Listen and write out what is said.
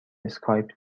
اسکایپ